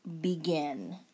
begin